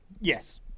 Yes